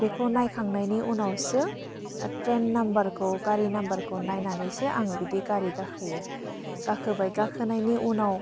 बेखौ नायखांनायनि उनावसो ट्रेन नाम्बारखौ गारि नाम्बारखौ नायनानैसो आङो बिदि गारि गाखोयो गाखोबाय गाखोनायनि उनाव